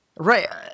Right